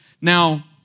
Now